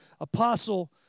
apostle